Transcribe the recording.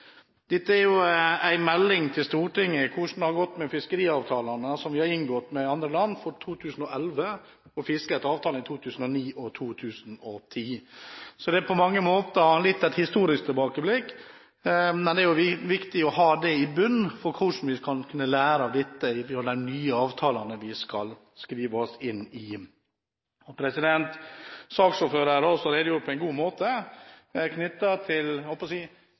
Dette er en melding til Stortinget om hvordan det har gått med fiskeriavtalene som vi har inngått med andre land for 2011, og fisket etter avtalene i 2009 og 2010. Så det er på mange måter et historisk tilbakeblikk, men det er viktig å ha det i bunnen for på den måten å kunne lære av dette i de nye avtalene som vi skriver oss inn i. Saksordføreren har redegjort på en god måte